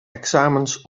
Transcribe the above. examens